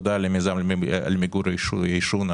תודה למיזם למיגור העישון,